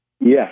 Yes